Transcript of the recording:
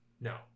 No